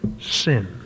sin